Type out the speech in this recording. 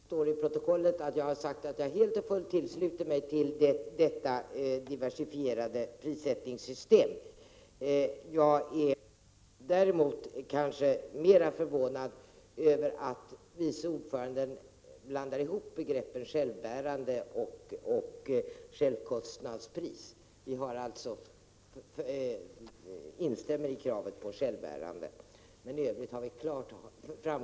Fru talman! Det står i protokollet att jag har sagt att jag helt och fullt ansluter mig till ett diversifierat prissättningssystem. Jag är däremot förvånad över att vice ordföranden blandar ihop begreppen självbärande och självkostnadspris. Vi instämmer alltså i kravet att verksamheten skall vara självbärande. I övrigt framgår våra åsikter klart av mina tidigare anföranden.